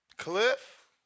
Cliff